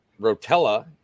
Rotella